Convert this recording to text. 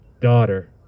daughter